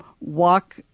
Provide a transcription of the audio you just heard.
walk